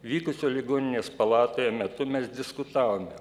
vykusio ligoninės palatoje metu mes diskutavome